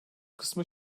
kısmı